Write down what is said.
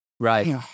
Right